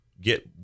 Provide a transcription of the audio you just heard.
get